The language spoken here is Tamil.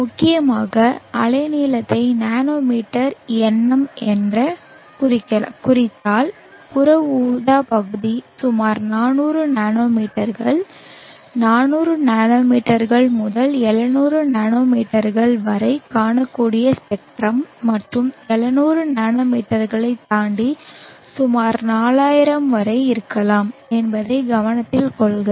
முக்கியமாக அலைநீளத்தை நானோமீட்டர் nm எனக் குறித்தால் புற ஊதா பகுதி சுமார் 400 நானோமீட்டர்கள் 400 நானோமீட்டர்கள் முதல் 700 நானோமீட்டர்கள் வரை காணக்கூடிய ஸ்பெக்ட்ரம் மற்றும் 700 நானோமீட்டர்களைத் தாண்டி சுமார் 4000 வரை இருக்கலாம் என்பதைக் கவனத்தில் கொள்க